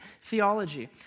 theology